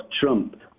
Trump